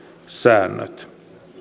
säännöt